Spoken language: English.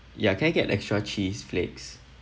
ya can get extra cheese flakes